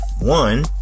One